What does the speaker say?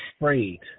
afraid